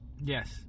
Yes